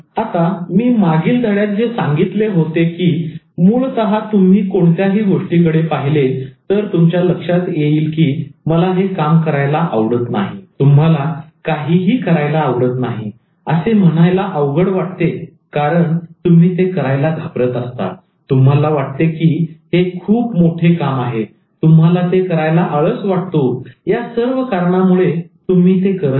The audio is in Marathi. आता मी मागील धड्यात जे सांगितले होते की मुळतः तुम्ही कोणत्याही गोष्टीकडे पाहिले तर तुमच्या लक्षात येईल की मला हे काम करायला आवडत नाही तुम्हाला काहीही करायला आवडत नाही असे म्हणायला अवघड वाटते कारण तुम्ही ते करायला घाबरत असता तुम्हाला वाटते की हे खूप मोठे काम आहे तुम्हाला ते करायला आळस वाटतो आणि या सर्व कारणांमुळे तुम्ही ते करत नाही